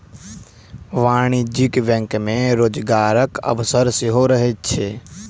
वाणिज्यिक बैंक मे रोजगारक अवसर सेहो रहैत छै